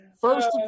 first